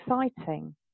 exciting